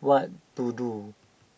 what to do